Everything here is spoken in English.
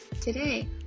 Today